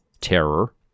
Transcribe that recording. terror